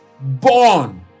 born